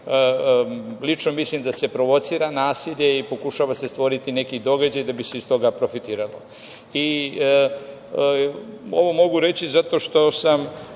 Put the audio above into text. lično mislim da se provocira nasilje i pokušava se stvoriti neki događaj da bi se iz toga profitiralo. Ovo mogu reći zato što sam